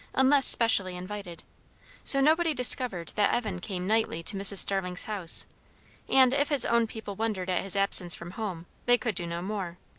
unless specially invited so nobody discovered that evan came nightly to mrs. starling's house and if his own people wondered at his absence from home, they could do no more.